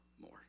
more